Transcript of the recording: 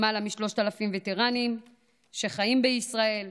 למעלה מ־3,000 וטרנים שחיים בישראל,